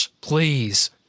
please